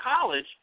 college